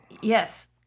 Yes